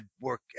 work